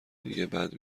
دیگه، بعد